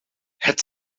het